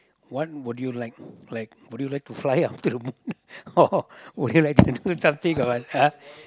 what would you like like would you like to fly up to the moon or would you like to do something or what ah